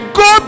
go